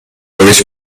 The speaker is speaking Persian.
پرورش